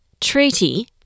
treaty